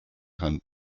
hand